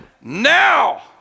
now